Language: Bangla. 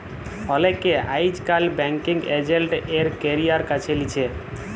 অলেকে আইজকাল ব্যাংকিং এজেল্ট এর ক্যারিয়ার বাছে লিছে